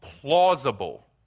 plausible